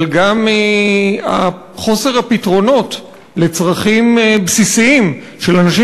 אבל גם מחוסר הפתרונות לצרכים בסיסיים של אנשים